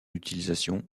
utilisation